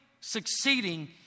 succeeding